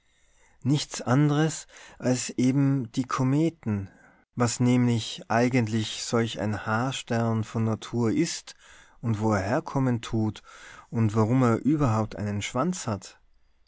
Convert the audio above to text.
nichts andres als eben die kometen was nämlich eigentlich solch ein haarstern von natur ist und wo er her kommen tut und warum er überhaupt einen schwanz hat